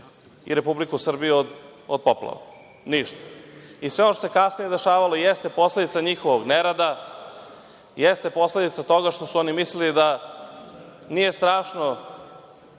i Republiku Srbiju od poplava? Ništa. I sve ono što se kasnije dešavalo, jeste posledica njihovog nerada, jeste posledica toga što su oni mislili da nije strašno